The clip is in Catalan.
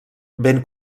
ben